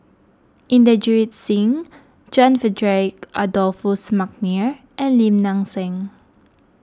Inderjit Singh John Frederick Adolphus McNair and Lim Nang Seng